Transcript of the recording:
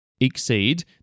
exceed